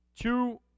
two